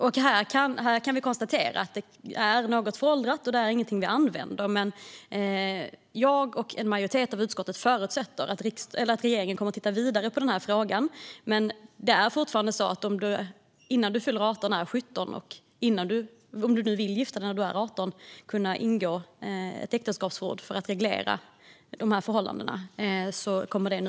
Vi kan konstatera att detta är något föråldrat, och det är ingenting vi använder. Men jag och en majoritet i utskottet förutsätter att regeringen tittar vidare på frågan. Om man vill gifta sig när man är 18 - man kanske ännu bara är 17 år - kommer det nu att vara möjligt att innan man fyllt 18 ingå ett äktenskapsförord för att reglera dessa förhållanden.